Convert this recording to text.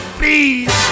please